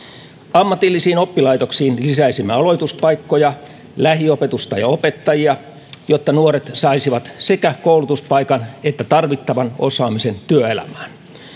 ammatillisiin oppilaitoksiin lisäisimme aloituspaikkoja lähiopetusta ja opettajia jotta nuoret saisivat sekä koulutuspaikan että tarvittavan osaamisen työelämään